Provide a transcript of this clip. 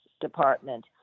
department